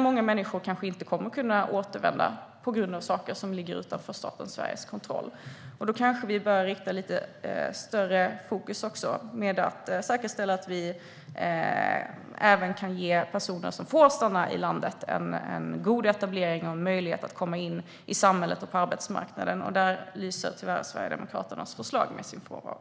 Många människor kommer kanske inte att kunna återvända på grund av saker som ligger utanför staten Sveriges kontroll. Då kanske vi bör ha lite större fokus på att säkerställa att vi kan ge personer som får stanna i landet en god etablering och en möjlighet att komma in i samhället och på arbetsmarknaden. Där lyser tyvärr Sverigedemokraternas förslag med sin frånvaro.